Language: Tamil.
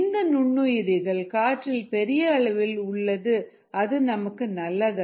இந்த நுண்ணுயிரிகள் காற்றில் பெரிய அளவில் உள்ளது அது நமக்கு நல்லதல்ல